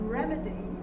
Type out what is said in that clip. remedy